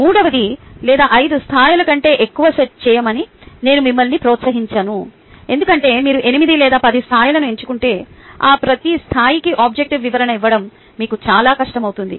3 లేదా 5 స్థాయిల కంటే ఎక్కువ సెట్ చేయమని నేను మిమ్మల్ని ప్రోత్సహించను ఎందుకంటే మీరు 8 లేదా 10 స్థాయిలను ఎంచుకుంటే ఆ ప్రతి స్థాయికి ఆబ్జెక్టివ్ వివరణ ఇవ్వడం మీకు చాలా కష్టమవుతుంది